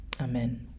Amen